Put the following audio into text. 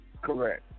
Correct